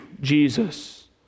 Jesus